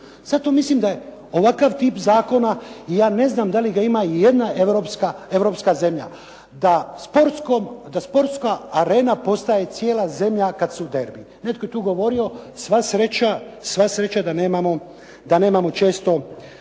Sada tu mislim da je, ovakav tip zakona, i ja ne znam da li ga ima i jedna europska zemlja, da sportska Arena postaje cijela zemlja kada su derbiji. Netko je tu govorio, sva sreća da nemamo često